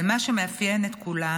אבל מה שמאפיין את כולם,